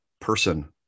person